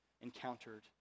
encountered